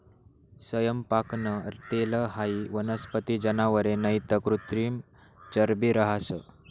सैयपाकनं तेल हाई वनस्पती, जनावरे नैते कृत्रिम चरबी रहास